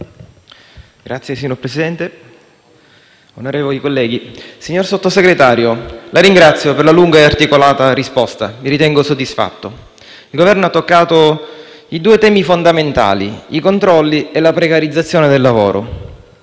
signor Sottosegretario, la ringrazio per la lunga e articolata risposta. Mi ritengo soddisfatto. Il Governo ha toccato i due temi fondamentali: i controlli e la precarizzazione del lavoro.